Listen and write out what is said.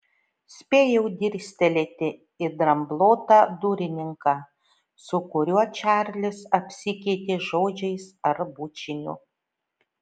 spėjau dirstelėti į dramblotą durininką su kuriuo čarlis apsikeitė žodžiais ar bučiniu